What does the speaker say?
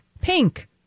Pink